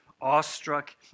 awestruck